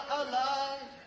alive